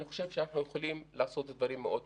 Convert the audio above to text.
אני חושב שאנחנו יכולים לעשות דברים מאוד טובים.